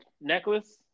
necklace